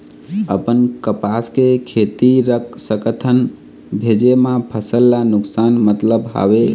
अपन कपास के खेती रख सकत हन भेजे मा फसल ला नुकसान मतलब हावे?